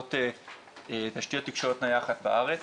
בעלות תשתיות תקשורת נייחת בארץ,